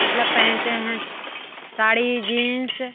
मतलब पहनते हैं साड़ी जीन्स